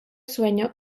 sueño